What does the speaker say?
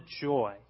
joy